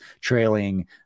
trailing